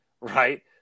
right